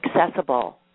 accessible